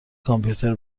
کامپیوتر